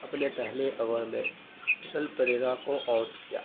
اپنے پہلے اوور میں کسل پریرا کو آوٹ کیا